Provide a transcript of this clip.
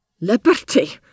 liberty